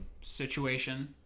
Situation